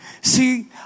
See